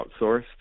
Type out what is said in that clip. outsourced